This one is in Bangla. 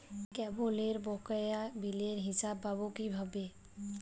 কেবলের বকেয়া বিলের হিসাব পাব কিভাবে?